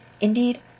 indeed